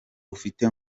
ufite